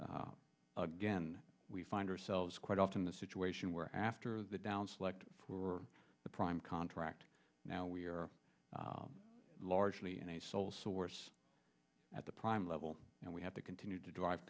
and again we find ourselves quite often the situation where after the down select for the prime contract now we're largely in a sole source at the prime level and we have to continue to drive